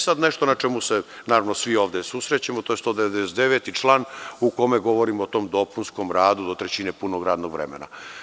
Sad nešto sa čim se svi ovde susrećemo, a to je 199. član u kome govorimo o tom dopunskom radu do trećine punog radnog vremena.